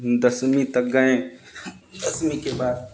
दसवीं तक गएँ दसवीं के बाद